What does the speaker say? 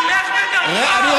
תלך בדרכו.